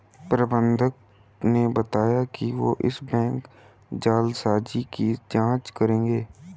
प्रबंधक ने बताया कि वो इस बैंक जालसाजी की जांच करेंगे